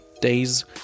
days